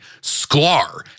Sklar